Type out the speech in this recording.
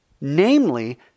namely